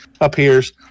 appears